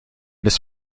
his